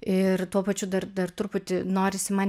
ir tuo pačiu dar dar truputį norisi man